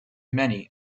many